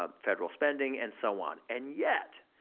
ah federal spending, and so on. and yet,